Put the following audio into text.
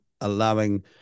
allowing